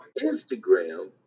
Instagram